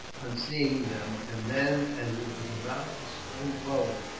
on seeing them and then, as it was about to spring forward,